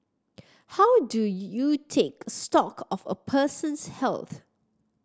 how do you take stock of a person's health